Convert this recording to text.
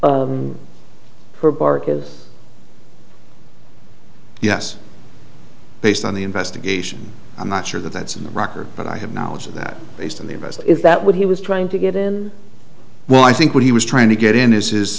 s for barca's yes based on the investigation i'm not sure that that's in the record but i have knowledge of that based on the advice is that when he was trying to get in well i think what he was trying to get in his is